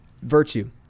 virtue